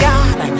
God